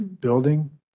building